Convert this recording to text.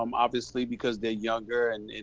um obviously because they're younger and,